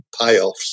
payoffs